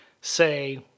say